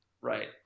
right